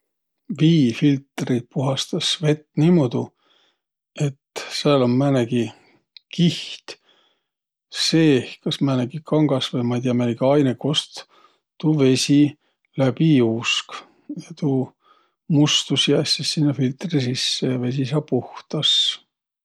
Viifiltri puhastas vett niimuudu, et sääl um määnegi kiht seeh, kas määnegi kangas vai ma ei tiiäq, määnegi ainõq, kost tuu vesi läbi juusk. Ja tuu mustus jääs sis sinnäq filtri sisse ja vesi saa puhtas.